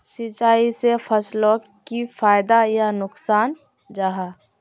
सिंचाई से फसलोक की फायदा या नुकसान जाहा?